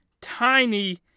Tiny